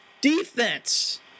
defense